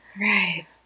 right